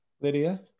Lydia